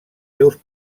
seus